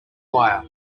wire